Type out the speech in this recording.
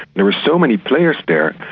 there were so many players there,